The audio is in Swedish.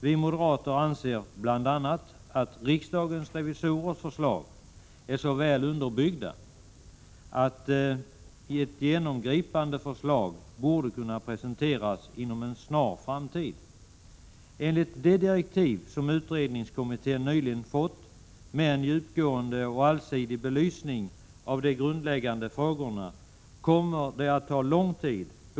Vi moderater anser dock bl.a. att förslagen från riksdagens revisorer är så väl underbyggda att ett genomgripande förslag borde kunna presenteras inom en snar framtid. Enligt de direktiv som utredningskommittén nyligen fått och där det talas om en djupgående och allsidig belysning av de grundläggande frågorna kommer det att ta lång tid —t.o.m.